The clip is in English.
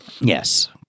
Yes